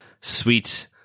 sweet